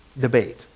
debate